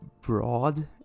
broad